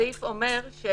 הסעיף אומר שניתן